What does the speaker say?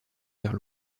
vers